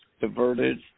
diverted